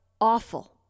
awful